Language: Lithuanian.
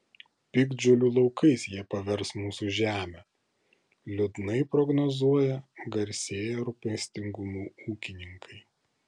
piktžolių laukais jie pavers mūsų žemę liūdnai prognozuoja garsėję rūpestingumu ūkininkai